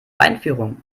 einführung